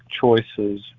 choices